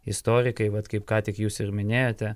istorikai vat kaip ką tik jūs ir minėjote